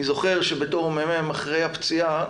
אני זוכר שבתור מ"מ אחרי הפציעה